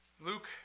Luke